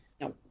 No